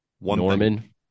Norman